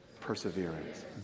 Perseverance